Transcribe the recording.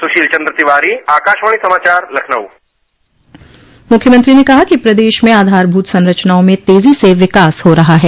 सुशील चन्द्र तिवारी आकाशवाणी समाचार लखनऊ मुख्यमंत्री ने कहा कि प्रदेश में आधारभूत संरचनाओं में तेजी से विकास हो रहा है